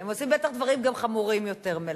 הם עושים בטח דברים גם חמורים יותר.